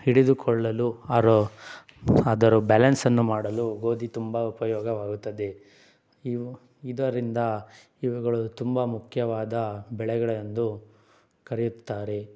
ಹಿಡಿದುಕೊಳ್ಳಲು ಆರು ಆದರೂ ಬಾಲೆನ್ಸನ್ನು ಮಾಡಲು ಗೋಧಿ ತುಂಬ ಉಪಯೋಗವಾಗುತ್ತದೆ ಇವು ಇದರಿಂದ ಇವುಗಳು ತುಂಬ ಮುಖ್ಯವಾದ ಬೆಳೆಗಳೆಂದು ಕರೆಯುತ್ತಾರೆ